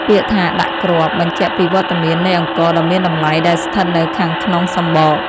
ពាក្យថា «ដាក់គ្រាប់» បញ្ជាក់ពីវត្តមាននៃអង្ករដ៏មានតម្លៃដែលស្ថិតនៅខាងក្នុងសម្បក។